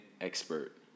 expert